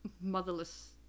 Motherless